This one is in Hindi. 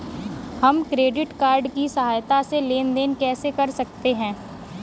हम क्रेडिट कार्ड की सहायता से लेन देन कैसे कर सकते हैं?